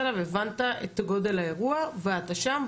אליו הבנת את גודל האירוע ואתה שם,